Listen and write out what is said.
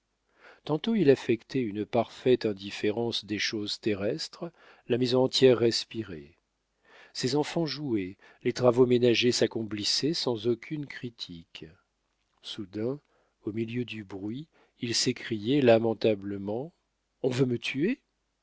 tantôt il affectait une parfaite indifférence des choses terrestres la maison entière respirait ses enfants jouaient les travaux ménagers s'accomplissaient sans aucune critique soudain au milieu du bruit il s'écriait lamentablement on veut me tuer